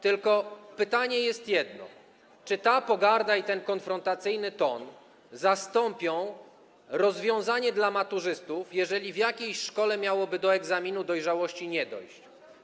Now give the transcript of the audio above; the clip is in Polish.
Tylko pytanie jest jedno: Czy ta pogarda i ten konfrontacyjny ton zastąpią rozwiązanie dla maturzystów, jeżeli w jakiejś szkole miałoby do egzaminu dojrzałości nie dojść?